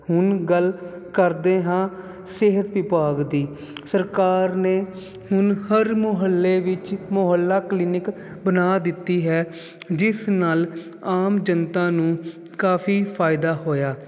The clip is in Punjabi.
ਹੁਣ ਗੱਲ ਕਰਦੇ ਹਾਂ ਸਿਹਤ ਵਿਭਾਗ ਦੀ ਸਰਕਾਰ ਨੇ ਹੁਣ ਹਰ ਮੁਹੱਲੇ ਵਿੱਚ ਮੁਹੱਲਾ ਕਲੀਨਿਕ ਬਣਾ ਦਿੱਤੀ ਹੈ ਜਿਸ ਨਾਲ ਆਮ ਜਨਤਾ ਨੂੰ ਕਾਫੀ ਫਾਇਦਾ ਹੋਇਆ